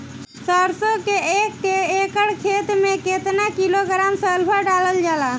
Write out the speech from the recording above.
सरसों क एक एकड़ खेते में केतना किलोग्राम सल्फर डालल जाला?